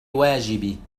واجبي